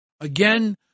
Again